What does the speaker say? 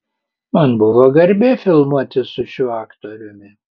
man buvo garbė filmuotis su šiuo aktoriumi